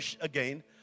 again